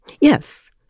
Yes